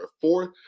fourth